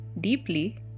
deeply